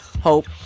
Hope